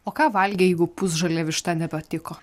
o ką valgė jeigu pusžalė višta nepatiko